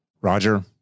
Roger